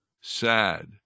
Sad